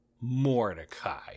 mordecai